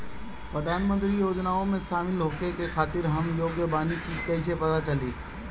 प्रधान मंत्री योजनओं में शामिल होखे के खातिर हम योग्य बानी ई कईसे पता चली?